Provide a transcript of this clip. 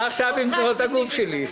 מה עכשיו עם תנועות הגוף שלי?